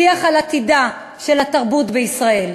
שיח על עתידה של התרבות בישראל.